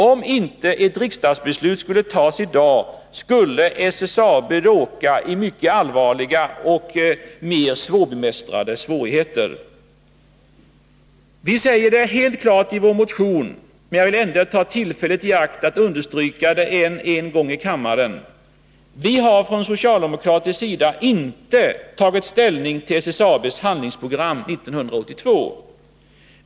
Om inte ett riksdagsbeslut skulle tas i dag, skulle SSAB råka i mycket allvarliga och mer svårbemästrade svårigheter. Vi säger det helt klart i vår motion, men jag vill ändå ta tillfället i akt att understryka det än en gång här i kammaren: Vi har från socialdemokratisk sida inte tagit ställning till SSAB:s Handlingsprogram 1982.